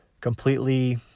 completely